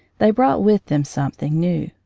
they brought with them something new,